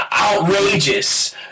outrageous